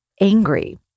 angry